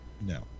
No